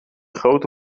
grote